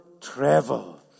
travel